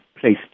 placed